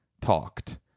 talked